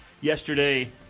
yesterday